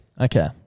Okay